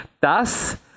dass